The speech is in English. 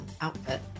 outfit